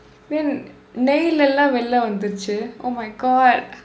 then நெய் இல்ல எல்லாம் வெள்ளம் வந்துருச்சு:ney illa ellaam vellam vandthuruchsu oh my god